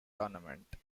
tournament